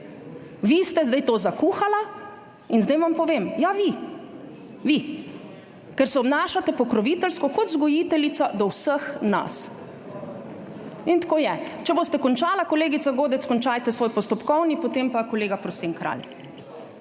vi ste zdaj to zakuhali in zdaj vam povem ja, vi, vi, ker se obnašate pokroviteljsko kot vzgojiteljica do vseh nas. In tako je. Če boste končali, kolegica Godec, končajte svoj postopkovni, potem pa kolega Prosen Kralj.